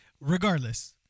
Regardless